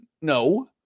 No